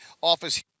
office